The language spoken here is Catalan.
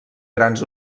grans